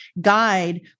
guide